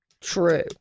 True